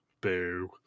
Boo